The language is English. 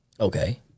Okay